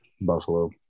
Buffalo